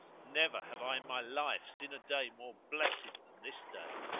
never have i in my life seen a day more blessed than this day!